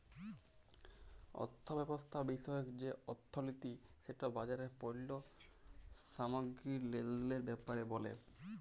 অথ্থব্যবস্থা বিষয়ক যে অথ্থলিতি সেট বাজারে পল্য সামগ্গিরি লেলদেলের ব্যাপারে ব্যলে